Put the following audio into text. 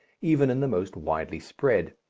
even in the most widely spread.